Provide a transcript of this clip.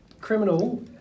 Criminal